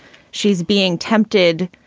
she's being tempted